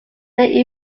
they